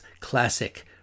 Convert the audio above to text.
classic